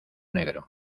negro